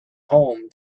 home